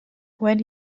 when